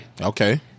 Okay